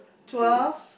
twelve